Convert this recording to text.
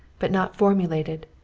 but not formulated,